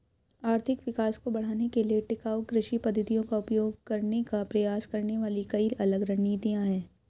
आर्थिक विकास को बढ़ाने के लिए टिकाऊ कृषि पद्धतियों का उपयोग करने का प्रयास करने वाली कई अलग रणनीतियां हैं